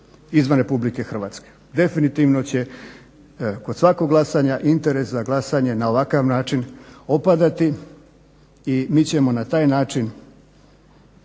izvan RH. Definitivno će kod svakog glasovanja interes za glasanje na ovakav način opadati i mi ćemo na taj način